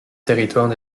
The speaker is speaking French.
territoire